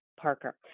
Parker